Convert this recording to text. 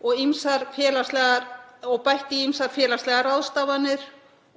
bætt í ýmsar félagslegar ráðstafanir